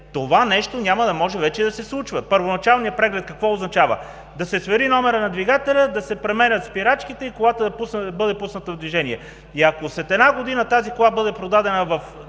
това нещо няма да може вече да се случва. Първоначалният преглед какво означава? Да се свери номерът на двигателя, да се премерят спирачките и колата да бъде пусната в движение. И ако след една година тази кола бъде продадена в